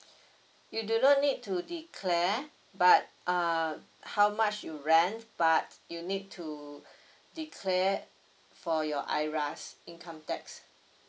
you do not need to declare but err how much you rent but you need to declare for your IRAS income tax